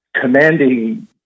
commanding